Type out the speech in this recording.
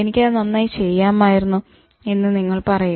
എനിക്കത് നന്നായി ചെയ്യാമായിരുന്നു" എന്ന് നിങ്ങൾ പറയും